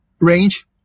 range